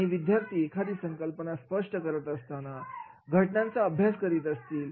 आणि विद्यार्थी एखादी संकल्पना स्पष्ट करत असतानाघटनांचा अभ्यास करतील